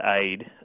aid